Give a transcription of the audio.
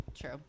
True